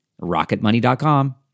rocketmoney.com